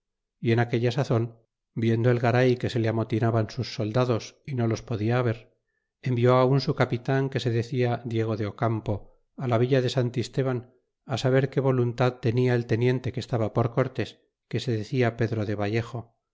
y en aquella sazon viendo e garay que se le amotinaban sus soldados y no los podia haber envió á un su capitan que se decia diego de ocampo á la villa de san listaban saber que voluntad tenia el teniente que estaba por cortés que se decia pedro de vallejo